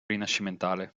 rinascimentale